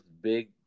big